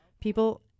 people